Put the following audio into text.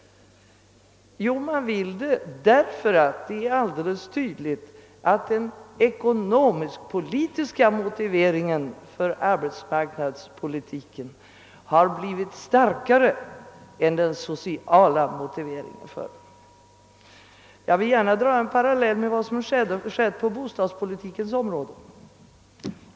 Jo, man vill det därför att den ekonomisk-politiska motiveringen för arbetsmarknadspolitiken har blivit starkare än den sociala motiveringen för denna politik. Jag vill gärna dra en parallell med vad som skett på bostadspolitikens område.